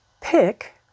pick